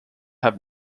have